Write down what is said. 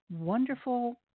wonderful